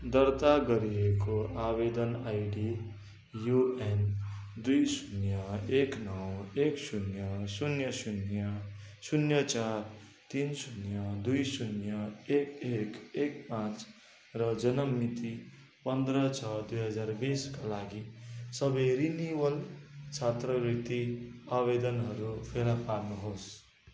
दर्ता गरिएको आवेदन आइडी युएन दुई शून्य एक नौ एक शून्य शून्य शून्य शून्य चार तिन शून्य दुई शून्य एक एक एक पाँच र जन्म मिति पन्ध्र छ दुई हजार बिसका लागि सबै रिन्युवल छात्रवृत्ति आवेदनहरू फेला पार्नुहोस्